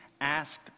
asked